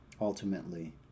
ultimately